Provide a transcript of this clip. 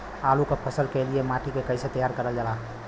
आलू क फसल के लिए माटी के कैसे तैयार करल जाला?